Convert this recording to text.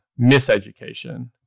miseducation